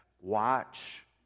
Watch